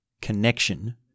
connection